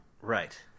right